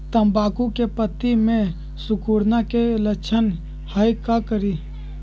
तम्बाकू के पत्ता में सिकुड़न के लक्षण हई का करी?